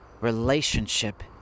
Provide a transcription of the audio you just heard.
relationship